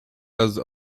raz